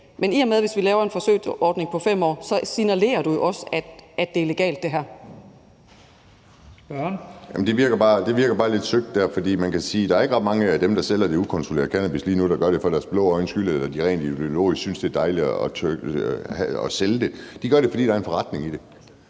her er legalt. Kl. 18:13 Første næstformand (Leif Lahn Jensen): Spørgeren. Kl. 18:13 Kim Edberg Andersen (NB): Det virker bare lidt søgt, for man kan sige, at der ikke er ret mange af dem, der sælger det ukontrollerede cannabis lige nu, der gør det for deres blå øjnes skyld, eller fordi de rent ideologisk synes, det er dejligt at sælge det. De gør det, fordi der er en forretning i det.